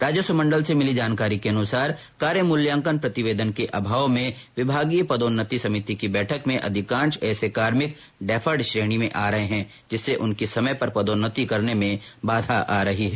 राजस्व मंडल से मिली जानकारी के अनुसार कार्य मूल्यांकन प्रतिवेदन के अभाव में विभागीय पदोन्नति समिति की बैठक में अधिकांश ऐसे कार्मिक डेफर्ड श्रेणी में आ रहे है जिससे उनकी समय पर पदोन्नति करने में बाधा आ रही है